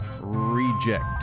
Reject